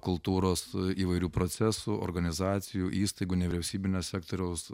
kultūros įvairių procesų organizacijų įstaigų nevyriausybinio sektoriaus